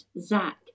Zach